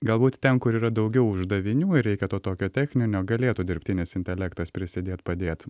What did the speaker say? galbūt ten kur yra daugiau uždavinių ir reikia to tokio techninio galėtų dirbtinis intelektas prisidėt padėt